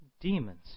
demons